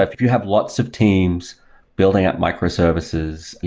if you have lots of teams building up microservices,